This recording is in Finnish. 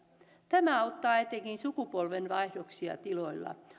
tämä auttaa etenkin sukupolvenvaihdoksia tiloilla